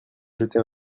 jeter